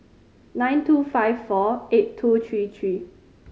nine two five four eight two three three